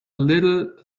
little